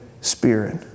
Spirit